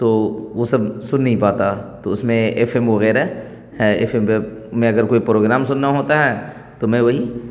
تو وہ سب سن نہیں پاتا تو اس میں ایف ایم وغیرہ ہے ایف ایم پہ میں اگر کوئی پروگرام سننا ہوتا ہے تو میں وہی